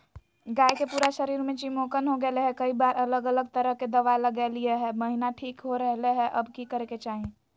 गाय के पूरा शरीर में चिमोकन हो गेलै है, कई बार अलग अलग तरह के दवा ल्गैलिए है महिना ठीक हो रहले है, अब की करे के चाही?